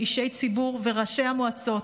אישי ציבור וראשי המועצות: